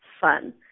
fun